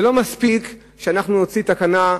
לא מספיק שאנחנו נוציא תקנה,